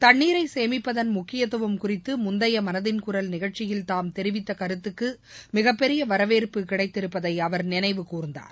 தண்ணீரை சேமிப்பதன் முக்கியத்துவம் குறித்து முந்தைய மனதின் குரல் நிகழ்ச்சியில் தாம் தெரிவித்த கருத்துக்கு மிகப்பெரிய வரவேற்பு கிடைத்திருப்பதை அவர் நினைவு கூர்ந்தார்